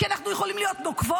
כי אנחנו יכולות להיות נוקבות,